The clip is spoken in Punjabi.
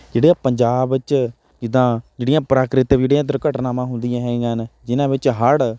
ਜਿਹੜੇ ਆ ਪੰਜਾਬ ਵਿੱਚ ਜਿੱਦਾਂ ਜਿਹੜੀਆਂ ਪ੍ਰਾਕਿਤਵ ਜਿਹੜੀਆਂ ਦੁਰਘਟਨਾਵਾਂ ਹੁੰਦੀਆਂ ਹੈਗੀਆਂ ਹਨ ਜਿਨ੍ਹਾਂ ਵਿੱਚ ਹੜ੍ਹ